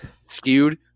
skewed